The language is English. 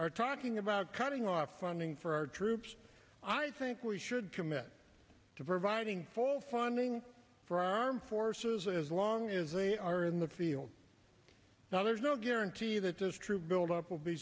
are talking about cutting off funding for our troops i think we should commit to providing full funding for our armed forces as long as they are in the field now there's no guarantee that this troop buildup will be